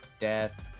death